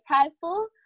prideful